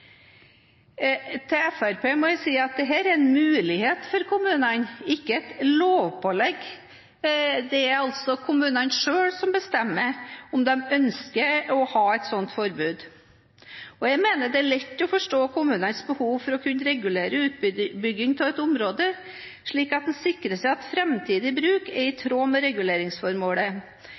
Til Fremskrittspartiet må jeg si at dette er en mulighet for kommunene, ikke et lovpålegg. Det er altså kommunene selv som bestemmer om de ønsker å ha et slikt forbud. Jeg mener det er lett å forstå kommunenes behov for å kunne regulere utbyggingen av et område slik at en sikrer seg at framtidig bruk er i tråd med reguleringsformålet